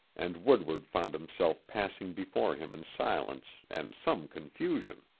and woodward found himself passing before him in silence and some confusion.